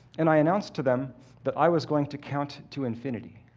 and i announced to them that i was going to count to infinity.